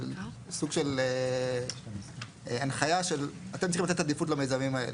סוג של הנחיה שאתם צריכים לתת עדיפות למיזמים האלה.